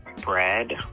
Bread